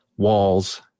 walls